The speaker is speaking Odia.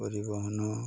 ପରିବହନ